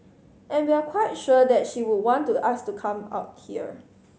and we're quite sure that she would want to us to come out here